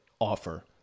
offer